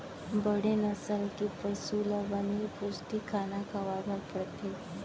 बड़े नसल के पसु ल बने पोस्टिक खाना खवाए बर परथे